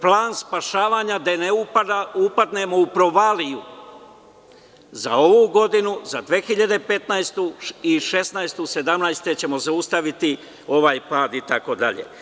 Plan spašavanja da ne upadnemo u provaliju, za ovu godinu, za 2015. i 2016. godinu, a 2017. godine ćemo zaustaviti ovaj pad itd.